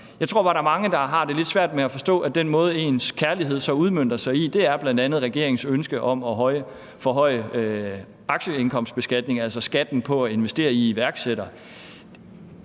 Jeg tror bare, at der er mange, der har lidt svært ved at forstå den måde, kærligheden så udmøntes på – en måde er regeringens ønske om at forhøje aktieindkomstbeskatningen, altså skatten på at investere i iværksættere.